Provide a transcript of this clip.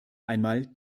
einmal